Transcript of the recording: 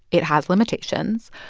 it has limitations.